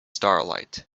starlight